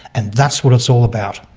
and that's what it's all about.